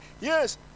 yes